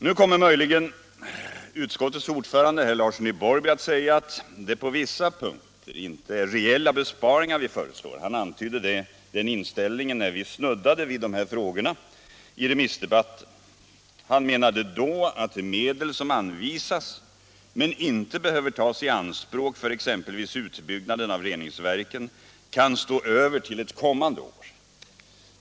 Nu kommer möjligen utskottets ordförande herr Larsson i Borrby att säga att det på vissa punkter inte är reella besparingar vi föreslår. Han antydde den inställningen när vi snuddade vid dessa frågor i remissdebatten. Han menade då att de medel som anvisas men inte behöver tas i anspråk för exempelvis utbyggnaden av reningsverken kan stå över till ett kommande år.